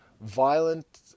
Violent